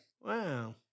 Wow